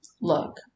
Look